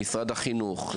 למשרד החינוך,